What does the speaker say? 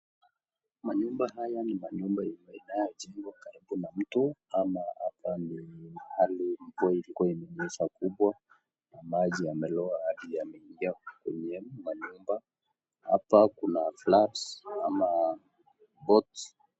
Manyumba haya ni manyumba yanayoishi karibu na mto, ama hapa ni mvua ndio ilinyesha kubwa maji yamelowa hadi ikaingia ndani ya manyumba, hapa kuna floods ama both .